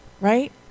right